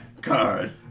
Card